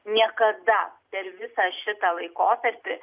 niekada per visą šitą laikotarpį